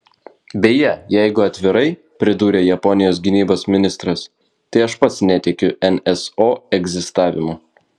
beje jeigu atvirai pridūrė japonijos gynybos ministras tai aš pats netikiu nso egzistavimu